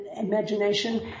imagination